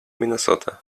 minnesota